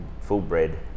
full-bred